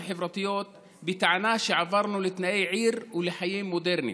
החברתיות בטענה שעברנו לתנאי עיר ולחיים מודרניים.